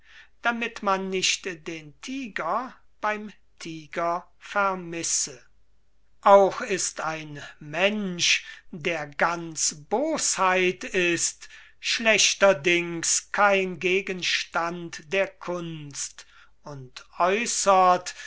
damit man nicht den tyger beim tyger vermisse auch ist ein mensch der ganz bosheit ist schlechterdings kein gegenstand der kunst und äussert